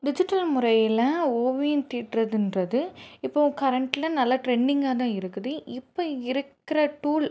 digital முறையில் ஓவியம் தீட்டுறதுன்றது இப்போது கரண்ட்ல நல்ல ட்ரெண்டிங்காகதான் இருக்குது இப்போ இருக்கிற டூல்